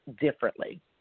differently